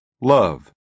love